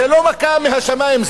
זה לא מכה מהשמים,